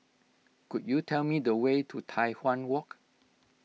could you tell me the way to Tai Hwan Walk